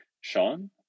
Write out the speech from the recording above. Sean